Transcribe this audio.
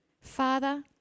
Father